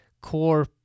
core